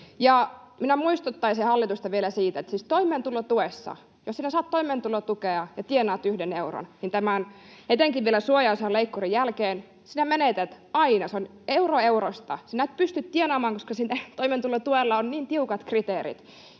Minä muistuttaisin hallitusta vielä siitä, että jos sinä saat toimeentulotukea ja tienaat yhden euron, niin etenkin vielä suojaosan leikkurin jälkeen sinä menetät aina. Se on euro eurosta. Sinä et pysty tienaamaan, koska sillä toimeentulotuella on niin tiukat kriteerit,